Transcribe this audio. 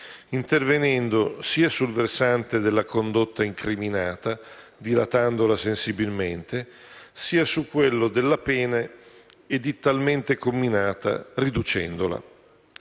intervenendo sia sul versante della condotta incriminata, dilatandola sensibilmente, sia su quello della pena edittalmente comminata, riducendola.